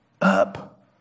up